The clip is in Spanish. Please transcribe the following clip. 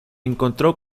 encontró